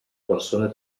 persona